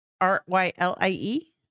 R-Y-L-I-E